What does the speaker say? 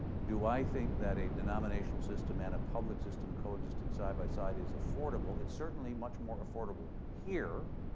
do i think that a denominational system and a public system coexisting side-by-side is affordable. it's certainly much more affordable here